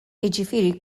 jiġifieri